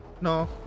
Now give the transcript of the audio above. No